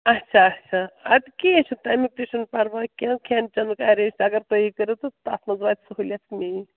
اَچھا اَچھا اَدٕ کیٚنٛہہ چھُ نہٕ تمیُک تہِ چھُنہٕ پَرواے کیٚنٛہہ کھٮ۪ن چٮ۪نُک ایرینٛج اَگر تُہی کٔرِو تہٕ تَتھ منٛز واتہِ سہوٗلیت میٛٲنۍ